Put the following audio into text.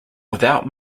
without